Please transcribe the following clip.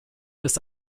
des